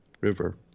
river